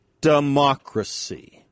democracy